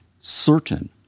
certain